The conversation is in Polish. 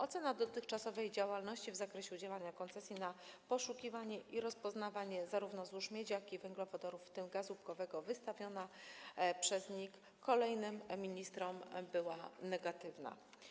Ocena dotychczasowej działalności w zakresie udzielania koncesji na poszukiwanie i rozpoznawanie zarówno złóż miedzi, jak i węglowodorów, w tym gazu łupkowego, wystawiona przez NIK kolejnym ministrom była negatywna.